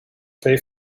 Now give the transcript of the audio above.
pay